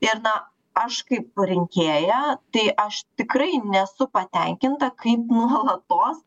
ir na aš kaip rinkėja tai aš tikrai nesu patenkinta kaip nuolatos